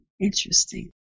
Interesting